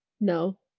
No